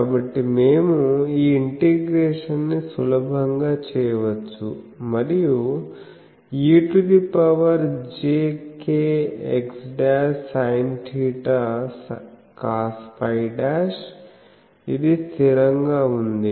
కాబట్టి మేము ఈ ఇంటిగ్రేషన్ ని సులభంగా చేయవచ్చు మరియు e to the power jkx'sinθ cosφ' ఇది స్థిరంగా ఉంది